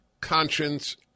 conscience